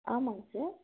ஆமாம்ங்க சார்